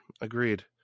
agreed